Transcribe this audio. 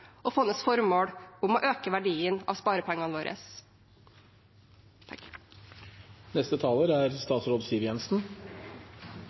og fondets formål om å øke verdien av sparepengene våre. Statens pensjonsfond er